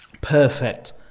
perfect